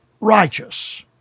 righteous